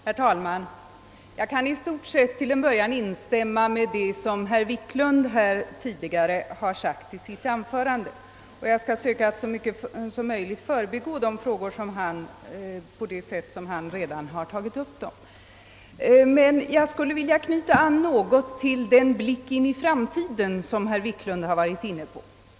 Herr talman! Till en början vill jag i stort sett instämma i vad herr Wiklund i Stockholm sade i sitt anförande, och jag skall försöka att i så stor utsträckning som möjligt förbigå de frågor som han redan tagit upp. Men jag skulle vilja knyta an till den blick in i framtiden som herr Wiklund gjorde.